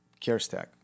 CareStack